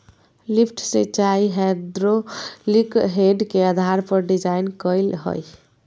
lift सिंचाई hydraulic head के आधार पर डिजाइन कइल हइ